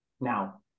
Now